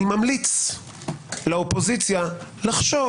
אני ממליץ לאופוזיציה לחשוב,